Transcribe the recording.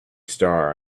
star